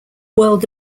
world